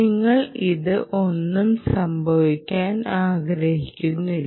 നിങ്ങൾ ഇത് ഒന്നും സംഭവിക്കാൻ ആഗ്രഹിക്കുന്നില്ല